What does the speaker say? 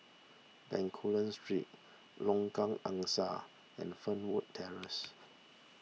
Bencoolen Street Lengkok Angsa and Fernwood Terrace